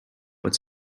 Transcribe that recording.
but